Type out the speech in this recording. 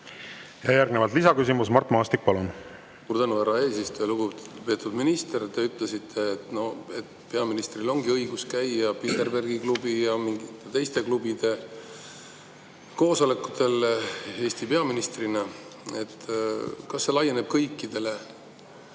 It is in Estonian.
Järgnevalt lisaküsimus. Mart Maastik, palun! Suur tänu, härra eesistuja! Lugupeetud minister! Te ütlesite, et peaministril ongi õigus käia Bilderbergi klubi ja mingite teiste klubide koosolekutel Eesti peaministrina. Kas see laieneb igasugustele